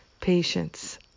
patience